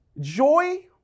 Joy